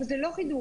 אבל זה לא חידוש.